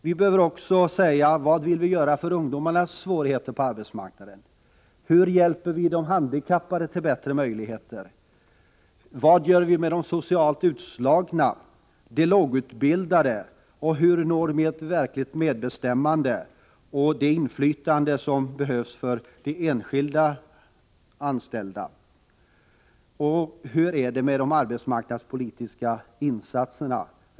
Vi bör också säga vad vi vill göra för att minska ungdomarnas svårigheter på arbetsmarknaden, hur vi vill hjälpa de handikappade att få bättre möjligheter, vad vi gör med de socialt utslagna och de lågutbildade, hur vi uppnår ett verkligt medbestämmande och inflytande för de enskilda anställda. Och hur är det med de arbetsmarknadspolitiska insatserna?